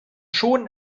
schon